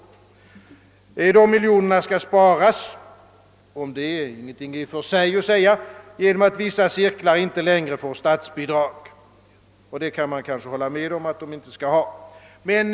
Dessa miljoner skall sparas — om det är ingenting i och för sig att säga — genom att vissa cirklar inte längre får statsbidrag, och man kanske kan hålla med om att de inte skall ha det.